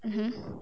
mmhmm